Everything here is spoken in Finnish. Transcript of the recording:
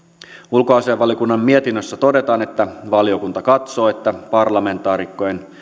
ulkoasiainvaliokunnan mietinnössä todetaan että valiokunta katsoo että parlamentaarikkojen